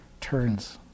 turns